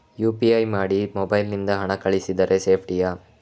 UPI ಮಾಡಿ mobile ನಿಂದ ಹಣ ಕಳಿಸಿದರೆ ಸೇಪ್ಟಿಯಾ?